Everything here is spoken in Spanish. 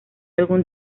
algún